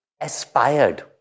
aspired